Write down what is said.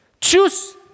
Choose